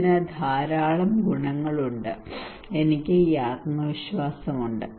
ഇതിന് ധാരാളം ഗുണങ്ങളുണ്ട് എനിക്ക് ഈ ആത്മവിശ്വാസവുമുണ്ട്